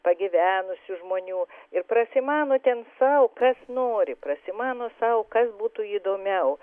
pagyvenusių žmonių ir prasimano ten sau kas nori prasimano sau kas būtų įdomiau